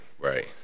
Right